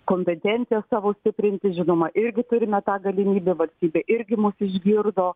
kompetencijas savo stiprinti žinoma irgi turime tą galimybę valstybė irgi mus išgirdo